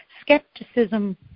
skepticism